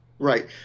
Right